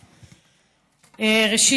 ראשית,